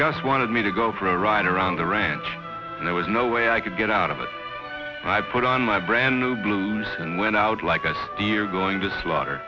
gus wanted me to go for a ride around the ranch and there was no way i could get out of it i put on my brand new blues and went out like a deer going to slaughter